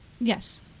yes